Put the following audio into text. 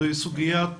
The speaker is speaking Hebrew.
זוהי סוגיית